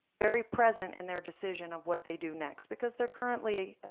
very present in their decision of what they do next, because they're currently